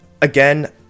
again